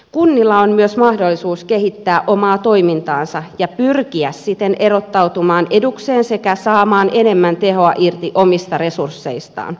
kunnilla on myös mahdollisuus kehittää omaa toimintaansa ja pyrkiä siten erottautumaan edukseen sekä saamaan enemmän tehoa irti omista resursseistaan